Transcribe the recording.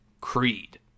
Creed